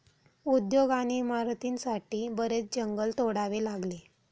उद्योग आणि इमारतींसाठी बरेच जंगल तोडावे लागले